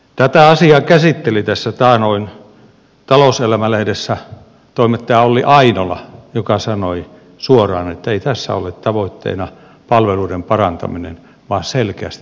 tätä asiaa käsitteli taannoin talouselämä lehdessä toimittaja olli ainola joka sanoi suoraan että ei tässä ole tavoitteena palveluiden parantaminen vaan selkeästi tavoite on poliittinen